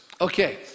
Okay